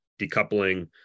decoupling